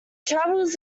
travels